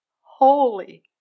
holy